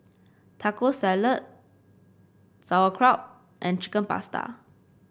Taco Salad Sauerkraut and Chicken Pasta